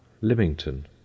lymington